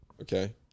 Okay